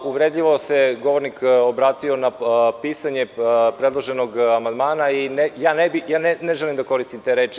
Uvredljivo se govornik obratio na pisanje predloženog amandmana i ja ne želim da koristim te reči.